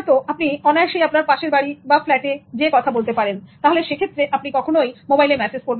যখন আপনি অনায়াসেই আপনার পাশের বাড়ি বা ফ্ল্যাট এ যেয়ে কথা বলতে পারেন বা যোাযোগ করতে পারেন তাহলে সেক্ষেত্রে কেন আপনি মোবাইলে মেসেজ করবেন